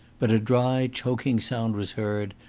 but a dry, choking sound was heard,